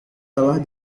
telah